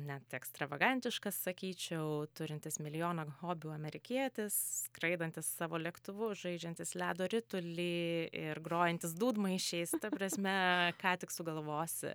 net ekstravagantiškas sakyčiau turintis milijoną hobių amerikietis skraidantis savo lėktuvu žaidžiantis ledo ritulį ir grojantis dūdmaišiais ta prasme ką tik sugalvosi